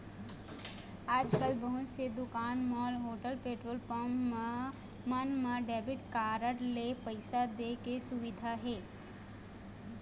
आजकाल बहुत से दुकान, मॉल, होटल, पेट्रोल पंप मन म डेबिट कारड ले पइसा दे के सुबिधा हे